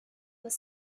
was